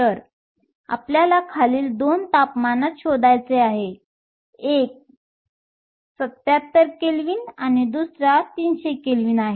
तर आपल्याला खालील 2 तापमानात शोधायचे आहे एक 77 केल्विन आणि दुसरा 300 केल्विन आहे